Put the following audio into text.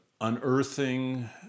unearthing